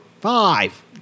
five